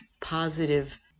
positive